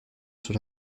sur